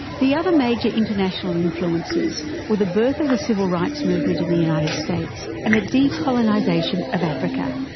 the other major international influences were the birth of the civil rights movement in the united states and the decolonisation of africa.